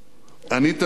אני תמיד האמנתי